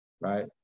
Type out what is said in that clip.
right